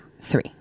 three